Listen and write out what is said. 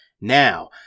now